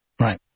Right